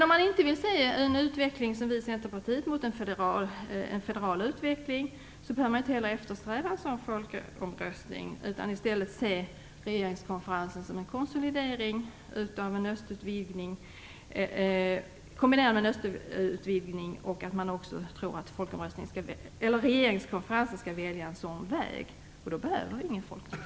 Om man som vi i Centerpartiet inte vill se en federal utveckling behöver man inte heller eftersträva en sådan folkomröstning, utan kan i stället se regeringskonferensen som en konsolidering kombinerad med en östutvidgning och tro att regeringskonferensen skall välja en sådan väg. Då behövs ingen folkomröstning.